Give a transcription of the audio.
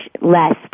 less